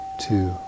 two